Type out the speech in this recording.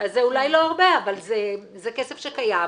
אולי לא הרבה, אבל זה כסף שקיים,